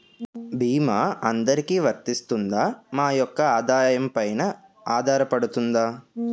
భీమా అందరికీ వరిస్తుందా? మా యెక్క ఆదాయం పెన ఆధారపడుతుందా?